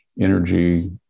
energy